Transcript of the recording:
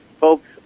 folks